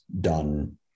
done